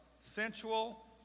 sensual